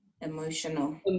emotional